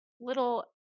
little